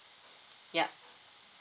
yup